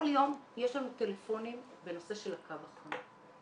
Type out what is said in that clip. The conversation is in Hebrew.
כל יום יש לנו טלפונים בנושא של הקו החם.